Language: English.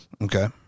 Okay